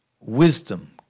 wisdom